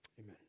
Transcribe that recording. Amen